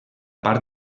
part